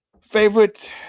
favorite